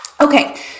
Okay